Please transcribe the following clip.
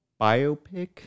biopic